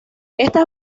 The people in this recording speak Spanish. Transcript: estas